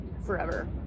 forever